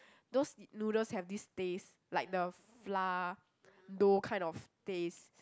those noodles have this taste like the flour dough kind of taste